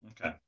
Okay